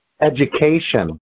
education